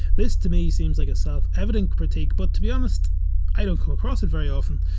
this to me seems like a self evident critique but to be honest i don't come across it very often.